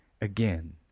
again